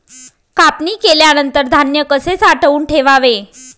कापणी केल्यानंतर धान्य कसे साठवून ठेवावे?